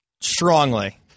Strongly